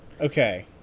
okay